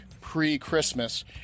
pre-Christmas